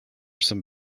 some